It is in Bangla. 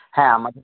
হ্যাঁ আমাদের